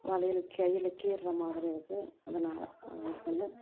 வளையல் கையில் கீறுகிற மாதிரி இருக்குது அதனால அதில் கொஞ்சம்